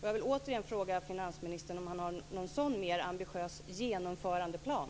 Jag vill åter fråga finansministern om han har en sådan mer ambitiös genomförandeplan.